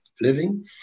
living